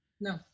No